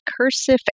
cursive